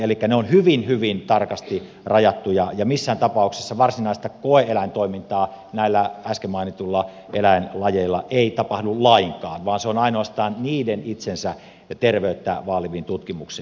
ne ovat hyvin hyvin tarkasti rajattuja ja missään tapauksessa varsinaista koe eläintoimintaa näillä äsken mainituilla eläinlajeilla ei tapahdu lainkaan vaan se on ainoastaan niiden itsensä terveyttä vaaliviin tutkimuksiin